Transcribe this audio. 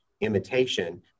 imitation